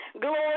Glory